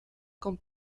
con